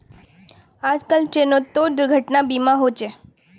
आजकल ट्रेनतो दुर्घटना बीमा होचे